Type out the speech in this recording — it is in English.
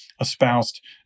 espoused